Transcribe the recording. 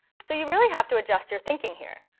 so you really have to adjust your thinking here.